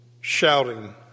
shouting